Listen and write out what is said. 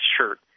shirt